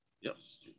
Yes